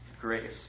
grace